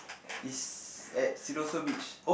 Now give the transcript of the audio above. is at Siloso Beach